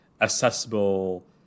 accessible